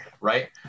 right